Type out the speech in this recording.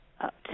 up